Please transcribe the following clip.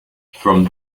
from